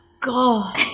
god